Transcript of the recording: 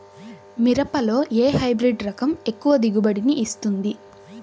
మిరపలో ఏ హైబ్రిడ్ రకం ఎక్కువ దిగుబడిని ఇస్తుంది?